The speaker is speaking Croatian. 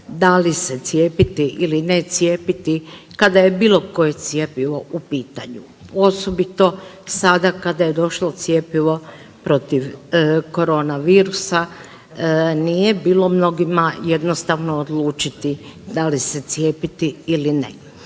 da li se cijepiti ili ne cijepiti kada je bilo koje cjepivo u pitanju, osobito sada kada je došlo cjepivo protiv koronavirusa nije bilo mnogima jednostavno odlučiti da li se cijepiti ili ne.